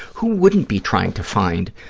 who wouldn't be trying to find